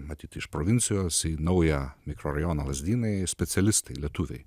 matyt iš provincijos į naują mikrorajoną lazdynai specialistai lietuviai